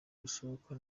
gusohoka